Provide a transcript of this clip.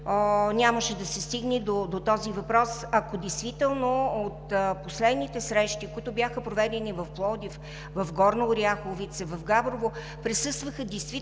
нямаше да се стигне до този въпрос, ако от последните срещи, които бяха проведени в Пловдив, в Горна Оряховица, в Габрово присъстваха действително